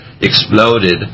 exploded